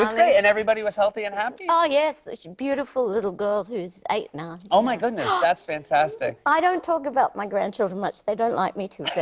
great. and everybody was healthy and happy? oh, yes. such a beautiful little girl who's eight now. oh, my goodness. that's fantastic. i don't talk about my grandchildren much. they don't like me to.